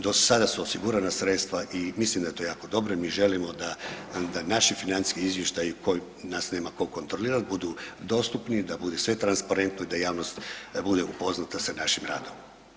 Do sada su osigurana sredstva i mislim da je to jako dobro i mi želimo da naši financijski izvještaji koji, nas nema tko kontrolirati, budu dostupni, da bude sve transparentno i da javnost bude upoznata sa našim radom.